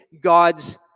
God's